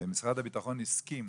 משרד הביטחון הסכים